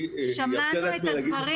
שמענו את הדברים.